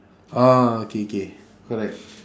ah K K correct